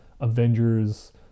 Avengers